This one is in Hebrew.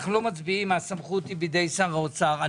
אנחנו לא מצביעים והסמכות היא בידי שר האוצר.